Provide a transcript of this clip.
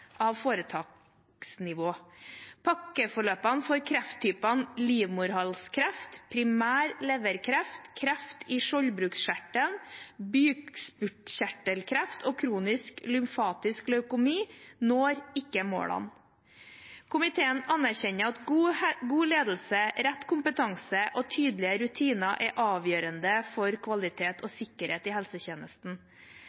av foretaksnivå. Pakkeforløpene for krefttypene livmorhalskreft, primær leverkreft, kreft i skjoldbruskkjertelen, bukspyttkjertelkreft og kronisk lymfatisk leukemi når ikke målene. Komiteen anerkjenner at god ledelse, rett kompetanse og tydelige rutiner er avgjørende for kvalitet og